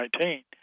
2019